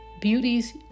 Beauties